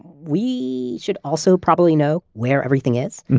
we should also probably know where everything is.